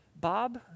Bob